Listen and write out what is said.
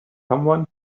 someone